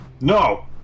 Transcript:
No